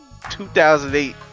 2008